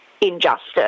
injustice